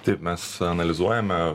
tai mes analizuojame